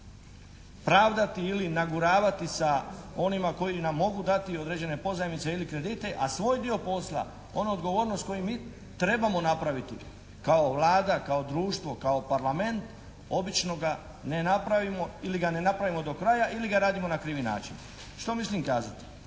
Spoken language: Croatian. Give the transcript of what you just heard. pravdati ili naguravati sa onima koji nam mogu dati određene pozajmice ili kredite, a svoj dio posla onu odgovornost koju mi trebamo napraviti kao Vlada, kao društvo, kao Parlament, obično ga ne napravimo ili ga ne napravimo do kraja ili ga radimo na krivi način. Što mislim kazati?